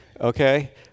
okay